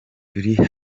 turi